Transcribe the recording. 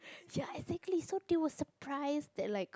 ya exactly so they were surprised that like